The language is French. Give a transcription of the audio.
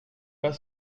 pas